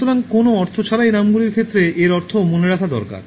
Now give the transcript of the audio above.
সুতরাং কোনও অর্থ ছাড়াই নামগুলির ক্ষেত্রে এর অর্থ মনে রাখা দরকার